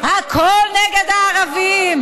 הכול נגד הערבים.